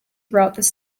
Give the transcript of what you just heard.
throughout